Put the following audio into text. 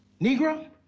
Negro